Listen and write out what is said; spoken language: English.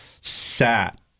sat